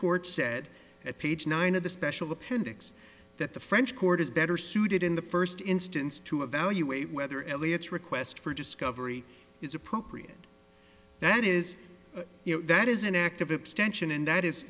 court said at page nine of the special appendix that the french court is better suited in the first instance to evaluate whether elliot's request for discovery is appropriate that is you know that is an act of extension and that is